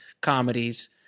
comedies